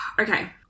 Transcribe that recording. Okay